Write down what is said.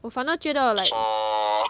我反正觉得 like